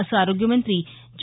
असं आरोग्यमंत्री जे